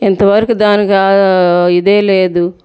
ఇంత వరకు దాని ఆ ఇదే లేదు